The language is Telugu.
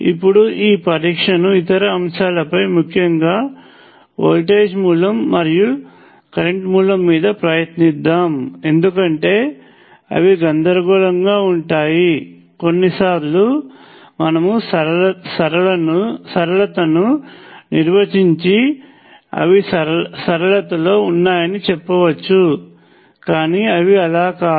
ఇప్పుడు ఈ పరీక్షను ఇతర అంశాలపై ముఖ్యంగా వోల్టేజ్ మూలం మరియు కరెంట్ మూలం మీద ప్రయత్నిద్దాం ఎందుకంటే అవి గందరగోళంగా ఉంటాయి కొన్నిసార్లు మనము సరళతను నిర్వచించి అవి సరళతలో ఉన్నాయని చెప్పవచ్చు కాని అవి అలా కాదు